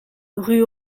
rue